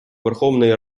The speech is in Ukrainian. верховної